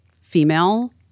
female